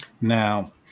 Now